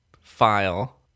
file